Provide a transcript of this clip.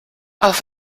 auf